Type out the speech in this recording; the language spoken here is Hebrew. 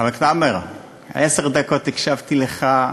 עשר דקות הקשבתי לך.